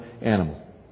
animal